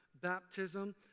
baptism